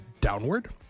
downward